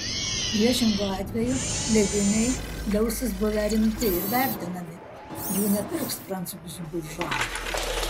priešingu atveju leidiniai liausis buvę rimti ir vertinami jų nepirks prancūzų buržua